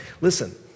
Listen